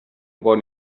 going